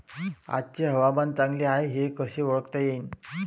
आजचे हवामान चांगले हाये हे कसे ओळखता येईन?